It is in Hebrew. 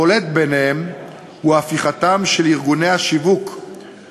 והם אומרים לי: ניצחת, העברת.